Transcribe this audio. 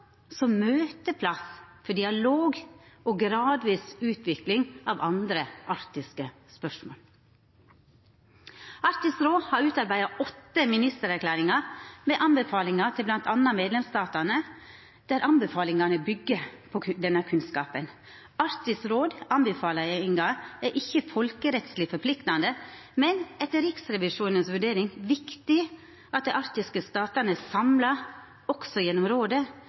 som møteplass for dialog og gradvis utvikling av andre arktiske spørsmål. Arktisk råd har utarbeidd åtte ministererklæringar med anbefalingar til bl.a. medlemsstatane, der anbefalingane byggjer på denne kunnskapen. Arktisk råds anbefalingar er ikkje folkerettsleg forpliktande, men det er etter Riksrevisjonens vurdering viktig at dei arktiske statane samla, også gjennom rådet,